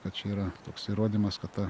kad čia yra toks įrodymas kad ta